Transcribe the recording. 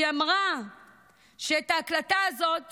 היא אמרה שאת ההקלטה הזאת